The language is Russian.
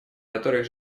которых